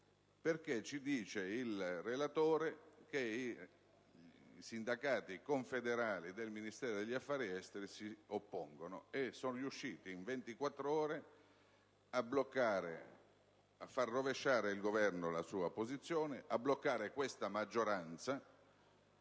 perché, ci dice il relatore, i sindacati confederali del Ministero degli affari esteri si oppongono, e sono riusciti in ventiquattrore a far rovesciare al Governo la sua posizione e a bloccare questa maggioranza.